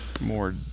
more